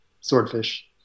swordfish